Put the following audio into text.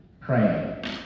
praying